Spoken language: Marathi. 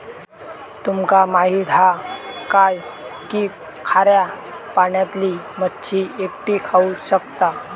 तुमका माहित हा काय की खाऱ्या पाण्यातली मच्छी एकटी राहू शकता